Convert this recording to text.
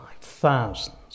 thousands